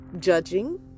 judging